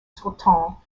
sortant